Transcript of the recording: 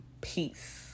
Peace